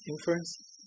Inference